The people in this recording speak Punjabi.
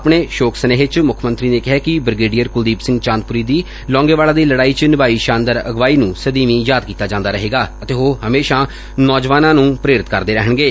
ਆਪਣੇ ਸ਼ੋਕ ਸੁਨੇਹੇ ਚ ਮੁੱਖ ਮੰਤਰੀ ਨੇ ਕਿਹੈ ਕਿ ਬ੍ਰਿਗੇਡੀਅਰ ਕੁਲਦੀਪ ਸਿੰਘ ਚਾਂਦਪੁਰੀ ਦੀ ਲੌਂਗੇਵਾਲਾ ਦੀ ਲਤਾਈ ਚ ਨਿਭਾਈ ਸ਼ਾਨਦਾਰ ਅਗਵਾਈ ਨੂੰ ਸਦੀਵੀਂ ਯਾਦ ਕੀਤਾ ਜਾਂਦਾ ਰਹੇਗਾ ਤੇ ਉਹ ਹਮੇਸ਼ਾ ਨੌਜਵਾਨਾਂ ਨੂੰ ਪ੍ਰੇਰਿਤ ਕਰਦੇ ਰਹਿਣਗੇ